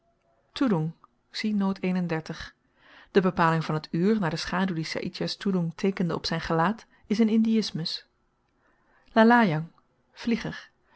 de bepaling van t uur naar den schaduw die saïdjah's toedoeng teekende op zyn gelaat is n indiïsmus lalayang